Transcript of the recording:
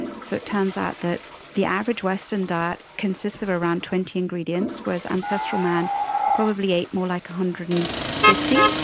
so it turns out that the average western diet consists of around twenty ingredients, whereas ancestral man probably ate more like one hundred and fifty.